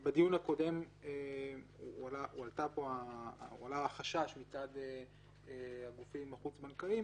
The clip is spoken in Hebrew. בדיון הקודם הועלה החשש מצד הגופים החוץ בנקאיים